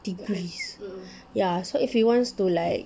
degrees ya so if he wants to like